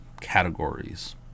categories